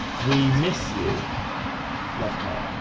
we miss you love hot